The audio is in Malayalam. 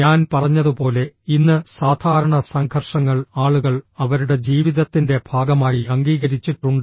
ഞാൻ പറഞ്ഞതുപോലെ ഇന്ന് സാധാരണ സംഘർഷങ്ങൾ ആളുകൾ അവരുടെ ജീവിതത്തിന്റെ ഭാഗമായി അംഗീകരിച്ചിട്ടുണ്ട്